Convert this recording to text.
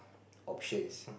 options